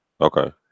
okay